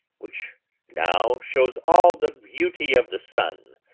which now shows all the beauty of the sun,